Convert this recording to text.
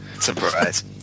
Surprise